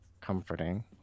comforting